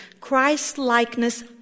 Christ-likeness